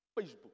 Facebook